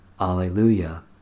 Alleluia